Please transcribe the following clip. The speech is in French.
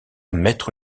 mettre